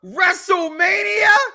WrestleMania